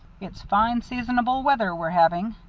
it's fine seasonable weather we're having,